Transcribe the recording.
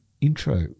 intro